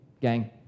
gang